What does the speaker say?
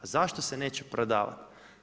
A zašto se neće prodavati?